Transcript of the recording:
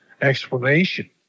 explanation